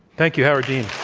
thank you, howard dean.